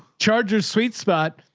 chargers. sweet spot.